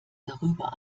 darüber